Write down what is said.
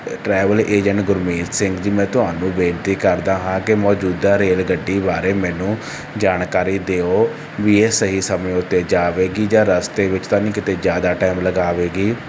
travel agent Gurmeet Singh ji ਮੈਂ ਤੁਹਾਨੂੰ ਬੇਨਤੀ ਕਰਦਾ ਹਾਂ ਕਿ ਮੌਜੂਦਾ ਰੇਲ ਗੱਡੀ ਬਾਰੇ ਮੈਨੂੰ ਜਾਣਕਾਰੀ ਦਿਓ ਵੀ ਇਹ ਸਹੀ ਸਮੇਂ ਉੱਤੇ ਜਾਵੇਗੀ ਜਾਂ ਰਸਤੇ ਵਿੱਚ ਤਾਂ ਨਹੀਂ ਕਿਤੇ ਜ਼ਿਆਦਾ ਟਾਈਮ ਲਗਾਵੇਗੀ